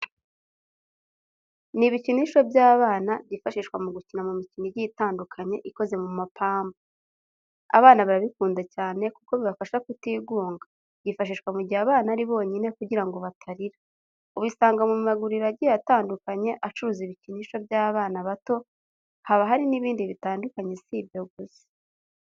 Ni ibikinisho by'abana byifashishwa mu gukina mu mikino igiye itandukanye ikoze mu mapamba. Abana barabikunda cyane kuko bibafasha kutigunga byifashashwa mu gihe abana ari bonyine kugira ngo batarira, ubisanga mu maguriro agiye atandukanye acuruza ibikinisho by'abana bato haba hari n'indi bitandukanye si ibyo gusa.